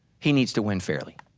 he needs to win fairly.